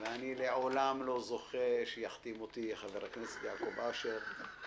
אני לעולם לא זוכה שיחתים אותי חבר הכנסת יעקב אשר על